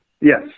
Yes